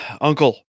Uncle